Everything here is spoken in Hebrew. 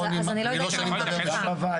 לא שאני מדבר בשם משרד הבריאות,